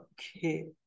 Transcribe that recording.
Okay